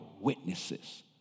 witnesses